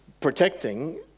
protecting